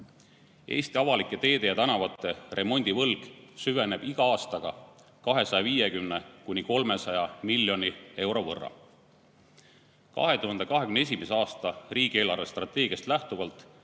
Eesti avalike teede ja tänavate remondivõlg süveneb iga aastaga 250–300 miljoni euro võrra. 2021. aasta riigi eelarvestrateegiast lähtuvalt